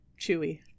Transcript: chewy